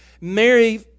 Mary